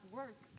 work